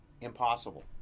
impossible